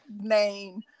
name